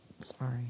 Sorry